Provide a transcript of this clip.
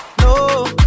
No